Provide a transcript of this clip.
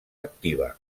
activa